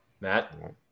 Matt